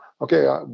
okay